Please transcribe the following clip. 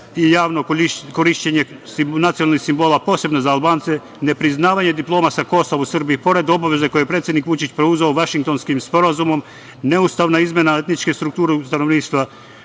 i javno korišćenje nacionalnih simbola, posebno za Albance, nepriznavanje diploma sa Kosova u Srbiji, pored obaveze koje je predsednik Vučić preuzeo Vašingtonskim sporazumom, neustavna izmena etničke strukture stanovništva